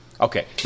Okay